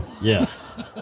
Yes